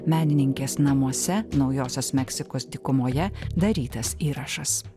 menininkės namuose naujosios meksikos dykumoje darytas įrašas